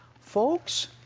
Folks